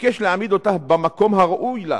ביקש להעמיד אותה במקום הראוי לה,